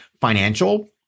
financial